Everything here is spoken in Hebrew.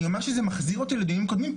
אני אומר שזה מחזיר אותי לדיונים קודמים,